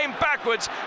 backwards